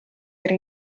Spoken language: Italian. era